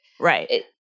Right